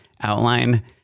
outline